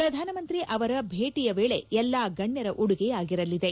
ಪ್ರಧಾನಮಂತ್ರಿ ಅವರ ಭೇಟಿಯ ವೇಳೆ ಎಲ್ಲಾ ಗಣ್ಣರ ಉಡುಗೆಯಾಗಿರಲಿದೆ